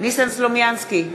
ניסן סלומינסקי,